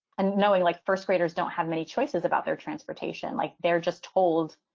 and knowing, like first graders don't have many choices about their transportation, like they're just told,